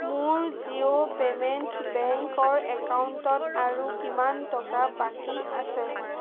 মোৰ জিঅ' পে'মেণ্ট বেংকৰ একাউণ্টত আৰু কিমান টকা বাকী আছে